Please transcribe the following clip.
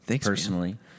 personally